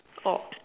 ought